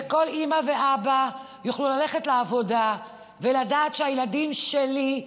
וכל אימא ואבא יוכלו ללכת לעבודה ולדעת שהילדים שלי,